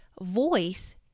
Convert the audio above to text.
voice